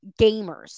gamers